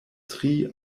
tri